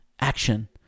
action